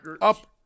up